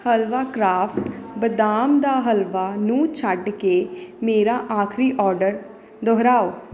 ਹਲਵਾ craft ਬਦਾਮ ਦਾ ਹਲਵਾ ਨੂੰ ਛੱਡ ਕੇ ਮੇਰਾ ਆਖਰੀ ਆਰਡਰ ਦੁਹਰਾਓ